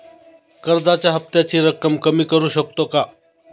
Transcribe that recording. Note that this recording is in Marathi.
कर्जाच्या हफ्त्याची रक्कम कमी करू शकतो का?